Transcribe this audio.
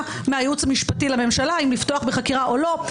מהייעוץ המשפטי לממשלה אם לפתוח בחקירה או לא.